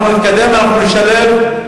אנחנו נתקדם ואנחנו נשלב.